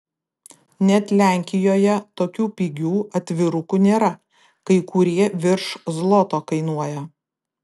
net lenkijoje tokių pigių atvirukų nėra kai kurie virš zloto kainuoja